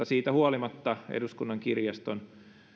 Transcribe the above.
siitä huolimatta eduskunnan kirjaston